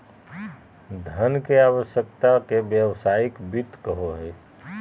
धन के आवश्यकता के व्यावसायिक वित्त कहो हइ